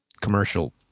commercial